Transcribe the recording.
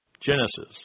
Genesis